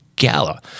gala